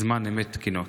זמן אמת תקינות?